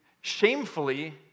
shamefully